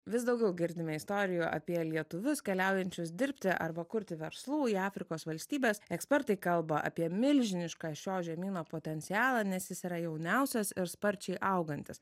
vis daugiau girdime istorijų apie lietuvius keliaujančius dirbti arba kurti verslų į afrikos valstybes ekspertai kalba apie milžinišką šio žemyno potencialą nes jis yra jauniausias ir sparčiai augantis